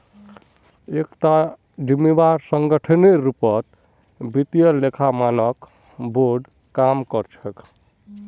एकता जिम्मेदार संगठनेर रूपत वित्तीय लेखा मानक बोर्ड काम कर छेक